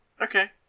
Okay